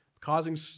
causing